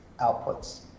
outputs